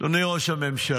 אדוני ראש הממשלה,